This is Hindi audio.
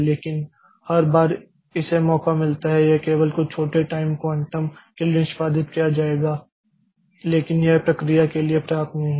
लेकिन हर बार इसे मौका मिलता है यह केवल कुछ छोटे टाइम क्वांटम के लिए निष्पादित किया जाएगा लेकिन यह प्रक्रिया के लिए पर्याप्त नहीं है